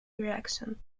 reaction